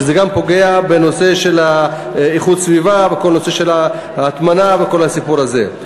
זה גם פוגע בנושא של איכות הסביבה וכל הנושא של הטמנה וכל הסיפור הזה.